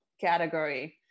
category